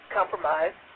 compromise